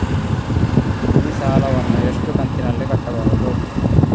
ಈ ಸಾಲವನ್ನು ಎಷ್ಟು ಕಂತಿನಲ್ಲಿ ಕಟ್ಟಬಹುದು?